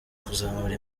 kuzamura